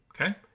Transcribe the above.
okay